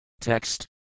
Text